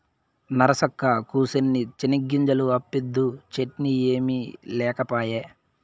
నరసక్కా, కూసిన్ని చెనిగ్గింజలు అప్పిద్దూ, చట్నీ ఏమి లేకపాయే